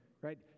right